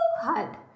hard